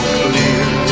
clear